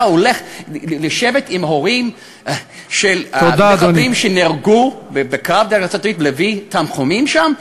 היה הולך לשבת עם הורים של מחבלים שנהרגו בקרב ולהביע תנחומים שם,